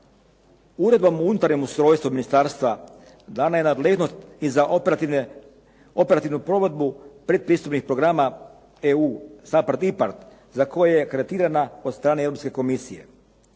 Uredbom u unutarnjem ustrojstvu ministarstva dana je nadležnost i za operativnu provedbu pretpristupnih programa EU SAPARD, IPARD za koje je kreditirana od strane Europske komisije.